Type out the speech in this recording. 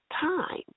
time